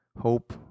hope